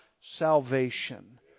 salvation